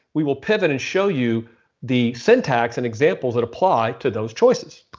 we will pivot and show you the syntax and examples that apply to those choices.